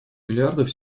миллиардов